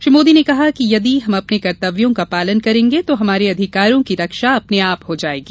श्री मोदी ने कहा कि यदि हम अपने कर्तव्यों का पालन करेंगे तो हमारे अधिकारों की रक्षा अपने आप हो जायेगी